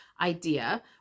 idea